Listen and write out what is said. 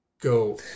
go